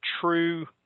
true